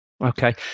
Okay